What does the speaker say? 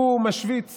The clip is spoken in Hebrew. משוויץ